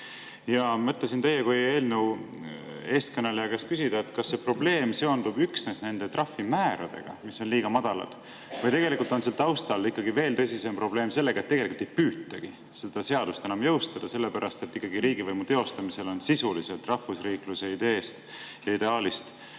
Mõtlesin teie kui eelnõu eestkõneleja käest küsida, kas see probleem seondub üksnes nende trahvimääradega, mis on liiga madalad, või on seal taustal ikkagi veel tõsisem probleem sellega, et tegelikult ei püütagi seda seadust enam jõustuda, sellepärast et riigivõimu teostamisel on sisuliselt rahvusriikluse ideest ja ideaalist